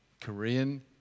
Korean